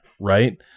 right